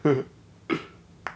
eh